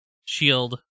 Shield